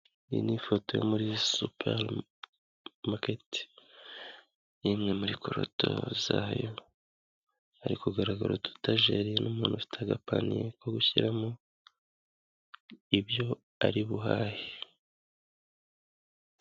Iyi ni ifoto yo muri supa maketi, ni imwe muri korodoro zayo, hari kugaragara udutageri, n'umuntu ufite agapaniye ko gushyiramo, ibyo ari buhahe.